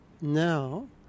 Now